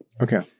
Okay